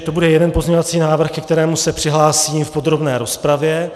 To bude jeden pozměňovací návrh, ke kterému se přihlásím v podrobné rozpravě.